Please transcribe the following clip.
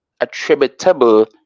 attributable